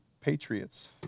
patriots